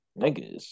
niggas